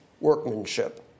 workmanship